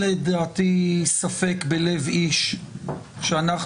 לרוב משתחררים רק אחרי השלמת ימים בן 80% ל- 85% מהם נדרשים